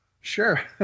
Sure